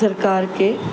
सरकार खे